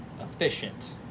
efficient